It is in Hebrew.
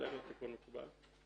עלינו התיקון מקובל.